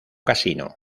casino